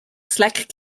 slack